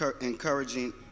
encouraging